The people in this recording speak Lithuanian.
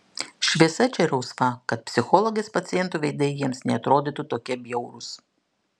šviesa čia rausva kad psichologės pacientų veidai jiems neatrodytų tokie bjaurūs